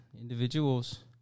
individuals